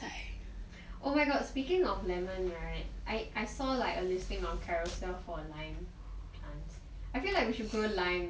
oh my god speaking of lemon right I I saw like a listing on carousell for lime I feel like we should grow lime leh